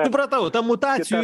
supratau ta mutacijų